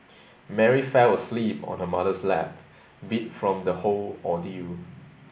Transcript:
Mary fell asleep on her mother's lap beat from the whole ordeal